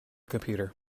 computer